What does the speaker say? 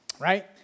right